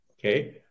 Okay